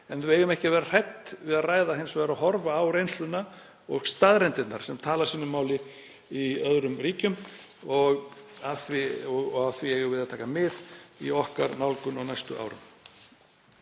hins vegar ekki að vera hrædd við að ræða og horfa á reynsluna og staðreyndirnar sem tala sínu máli í öðrum ríkjum. Af því eigum við að taka mið í okkar nálgun á næstu árum.